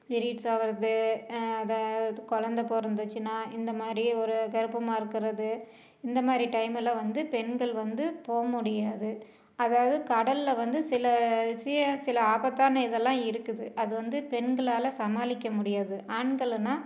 periods ஆகிறது இதாக இது கொழந்தை பிறந்துச்சின்னா இந்த மாதிரி ஒரு கர்ப்பமாக இருக்கிறது இந்த மாதிரி டைமில் வந்து பெண்கள் வந்து போக முடியாது அதாவது கடலில் வந்து சில சில ஆபத்தான இதெல்லாம் இருக்குது அது வந்து பெண்களால் சமாளிக்க முடியாது ஆண்கள்னா